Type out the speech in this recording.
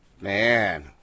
Man